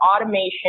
automation